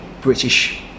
British